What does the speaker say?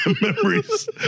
memories